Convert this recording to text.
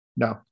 No